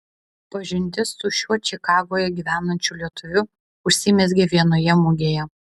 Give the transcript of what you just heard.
pažintis su šiuo čikagoje gyvenančiu lietuviu užsimezgė vienoje mugėje